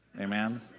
Amen